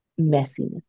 messiness